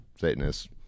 Satanist